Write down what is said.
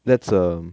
that's a